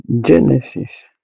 Genesis